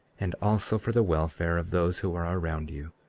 and also for the welfare of those who are around you.